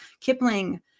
Kipling